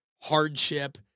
hardship